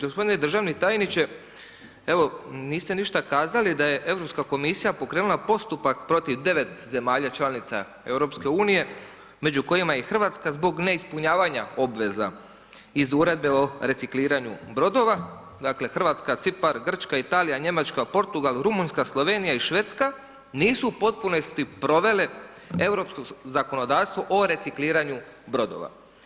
G. državni tajniče, evo niste ništa kazali da je Europska komisija pokrenula postupak protiv 9 zemalja članica EU-a među kojima je i Hrvatska zbog neispunjavanja obveza iz uredbe o recikliranju brodova, dakle Hrvatska, Cipar, Grčka, Italija, Njemačka, Portugal, Rumunjska, Slovenija i Švedska nisu u potpunosti provele europsko zakonodavstvo o recikliranju brodova.